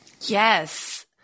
Yes